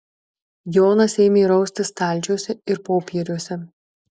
jonas ėmė raustis stalčiuose ir popieriuose